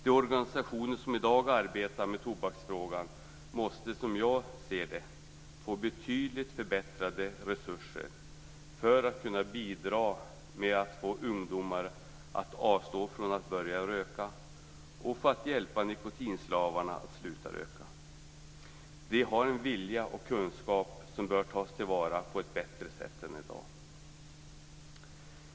De organisationer som i dag arbetar med tobaksfrågan måste, som jag ser det, få betydligt förbättrade resurser för att kunna bidra med att få ungdomar att avstå från att börja röka och för att hjälpa nikotinslavarna att sluta röka. De har en vilja och kunskaper som bör tas till vara på ett bättre sätt än i dag.